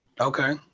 Okay